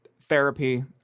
therapy